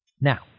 Now